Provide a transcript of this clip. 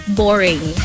boring